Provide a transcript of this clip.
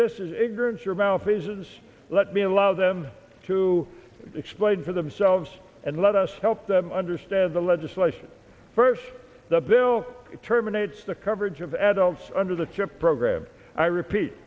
visions let me allow them to explain for themselves and let us help them understand the legislation first the bill that terminates the coverage of adults under the chip program i repeat